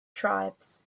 tribes